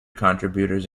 contributors